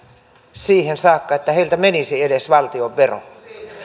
siihen saakka että heiltä menisi edes valtion vero